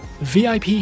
VIP